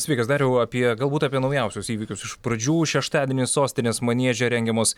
sveikas dariau apie galbūt apie naujausius įvykius iš pradžių šeštadienį sostinės manieže rengiamos